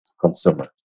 consumer